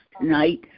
tonight